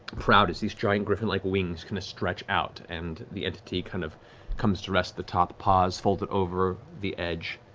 proud as these giant griffin-like wings kind of stretch out and the entity kind of comes to rest at the top, paws folded over the edge.